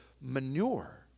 manure